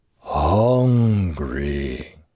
Hungry